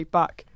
back